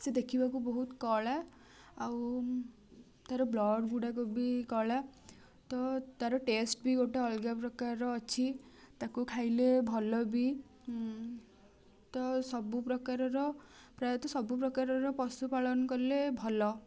ସେ ଦେଖିବାକୁ ବହୁତ କଳା ଆଉ ତାର ବ୍ଲଡ଼୍ ଗୁଡ଼ାକ ବି କଳା ତ ତାର ଟେଷ୍ଟ ବି ଗୋଟେ ଅଲଗା ପ୍ରକାରର ଅଛି ତାକୁ ଖାଇଲେ ଭଲ ବି ତ ସବୁ ପ୍ରକାରର ପ୍ରାୟତଃ ସବୁ ପ୍ରକାର ପଶୁପାଳନ କଲେ ଭଲ